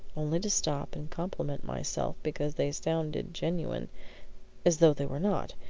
only to stop and compliment myself because they sounded genuine as though they were not!